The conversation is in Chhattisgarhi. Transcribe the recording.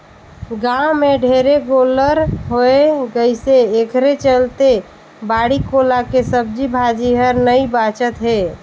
गाँव में ढेरे गोल्लर होय गइसे एखरे चलते बाड़ी कोला के सब्जी भाजी हर नइ बाचत हे